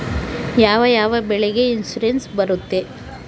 ಯಾವ ಯಾವ ಬೆಳೆಗೆ ಇನ್ಸುರೆನ್ಸ್ ಬರುತ್ತೆ?